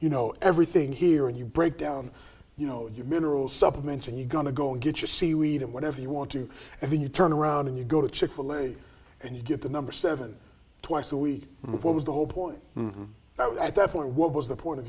you know everything here and you break down you know you mineral supplements and you're going to go and get your seaweed and whatever you want to and then you turn around and you go to chick fil a and you get the number seven twice a week what was the whole point that at that point what was the point of